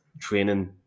training